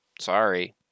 Sorry